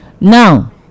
Now